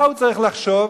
מה הוא צריך לחשוב?